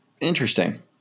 interesting